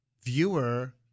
viewer—